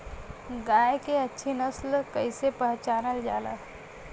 गाय के अच्छी नस्ल कइसे पहचानल जाला?